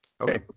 Okay